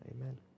amen